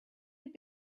have